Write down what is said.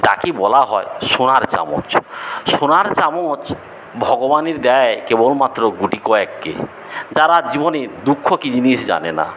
যাকে বলা হয় সোনার চামচ সোনার চামচ ভগবান দেয় কেবলমাত্র গুটি কয়েককে যারা জীবনের দুঃখ কি জিনিস জানে না